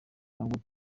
ntabwo